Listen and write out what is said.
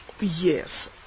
Yes